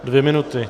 Dvě minuty.